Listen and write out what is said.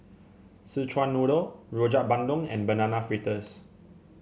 Szechuan Noodle Rojak Bandung and Banana Fritters